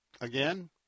Again